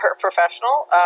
professional